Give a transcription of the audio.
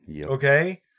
Okay